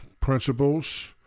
principles